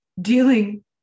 dealing